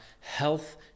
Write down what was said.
health